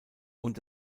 und